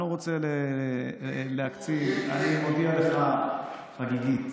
אני מודיע לך חגיגית